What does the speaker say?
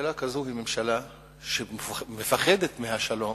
ממשלה כזו, שמפחדת מהשלום